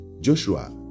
Joshua